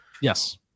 Yes